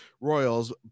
Royals